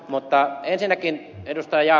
mutta ensinnäkin ed